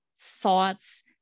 thoughts